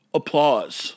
applause